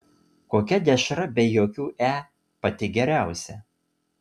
kokia dešra be jokių e pati geriausia